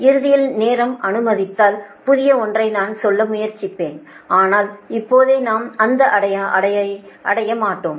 இறுதியில் நேரம் அனுமதித்தால் புதிய ஒன்றை நான் சொல்ல முயற்சிப்பேன் ஆனால் இப்போதே நாம் அந்த அடைய மாட்டோம்